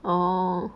orh